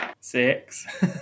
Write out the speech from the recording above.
Six